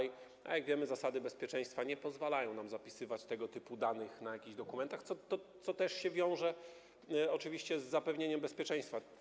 Jak wiemy, zasady bezpieczeństwa nie pozwalają nam zapisywać tego typu danych na jakichś dokumentach, co też wiąże się oczywiście z zapewnieniem bezpieczeństwa.